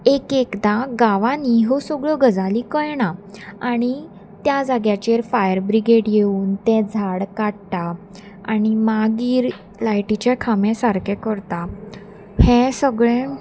एक एकदां गांवांनी ह्यो सगळ्यो गजाली कळना आनी त्या जाग्याचेर फायर ब्रिगेड येवन तें झाड काडटा आनी मागीर लायटीचे खांबे सारकें करता हें सगळें